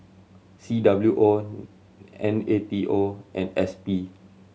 C W O N A T O and S P